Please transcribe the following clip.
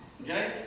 Okay